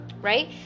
right